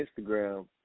Instagram